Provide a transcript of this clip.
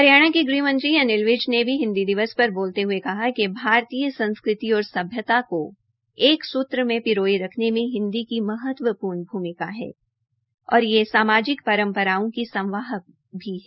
हरियाणा के गृहमंत्री अनिल विज ने भी हिन्दी भाषा पर बोलते हुये कहा कि भारतीय संस्कृति और सभ्यता को एक सूत्र मे पिरोये रखने में हिन्दी महत्वपूर्ण भमिका है और यह सामाजिक परम्पराओं की संवाहक भी है